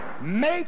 Make